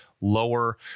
lower